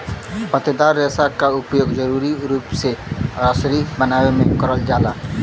पत्तेदार रेसा क उपयोग जरुरी रूप से रसरी बनावे में करल जाला